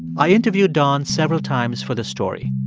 i interviewed don several times for this story.